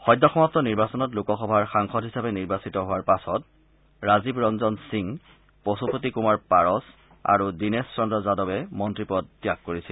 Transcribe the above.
সদ্যসমাপ্ত নিৰ্বাচনত লোকসভাৰ সাংসদ হিচাপে নিৰ্বাচিত হোৱাৰ পাছত ৰাজীৱ ৰঞ্জন সিং পশুপতি কুমাৰ পাৰছ আৰু দীনেশ চন্দ্ৰ যাদৱে মন্ত্ৰী পদ ত্যাগ কৰিছিল